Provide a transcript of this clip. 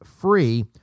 free